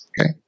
Okay